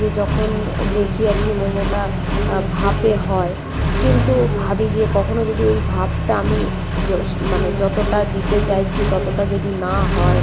যে যখন দেখি আর কি মোমোটা ভাপে হয় কিন্তু ভাবি যে কখনো যদি ওই ভাপটা আমি মানে যতোটা দিতে চাইছি ততটা যদি না হয়